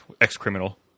ex-criminal